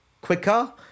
quicker